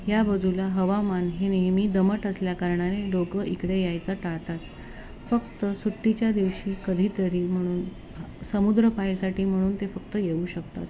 या बाजूला हवामान हे नेहमी दमट असल्याकारणाने लोक इकडे यायचं टाळतात फक्त सुट्टीच्या दिवशी कधीतरी म्हणून समुद्र पाहायसाठी म्हणून ते फक्त येऊ शकतात